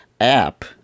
app